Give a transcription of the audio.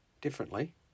differently